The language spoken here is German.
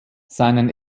seinen